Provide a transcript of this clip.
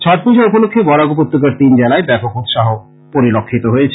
ছটপূজা উপলক্ষে বরাক উপত্যকার তিন জেলায় ব্যাপক উৎসাহ পরিলক্ষিত হয়েছে